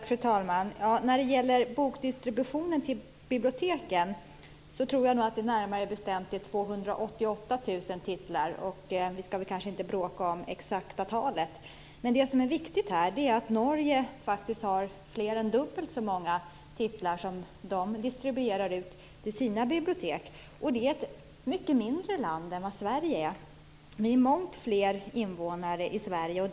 Fru talman! När det gäller bokdistributionen till biblioteken tror jag att det närmare bestämt handlar om 288 000 titlar. Vi kanske inte skall bråka om det exakta antalet. Men det som är viktigt är att Norge distribuerar dubbelt så många titlar till sina bibliotek. Norge är ju ett mycket mindre land än Sverige. Vi är långt fler invånare i Sverige.